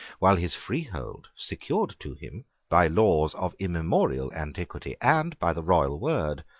while his freehold, secured to him by laws of immemorial antiquity and by the royal word,